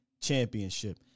Championship